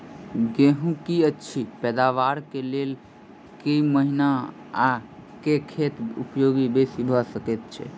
गेंहूँ की अछि पैदावार केँ लेल केँ महीना आ केँ खाद उपयोगी बेसी भऽ सकैत अछि?